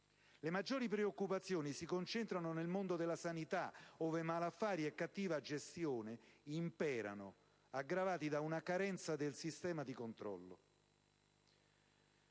Le maggiori preoccupazioni si concentrano nel mondo della sanità, ove malaffari e cattiva gestione imperano, aggravati da una carenza del sistema di controllo.